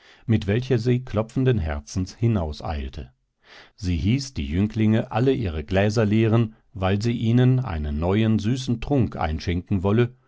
mit welcher sie klopfenden herzens hinauseilte sie hieß die jünglinge alle ihre gläser leeren weil sie ihnen eine neuen süßen trunk einschenken wolle